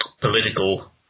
political